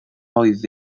oedd